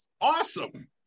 awesome